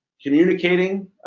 communicating